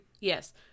Yes